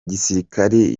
gisirikari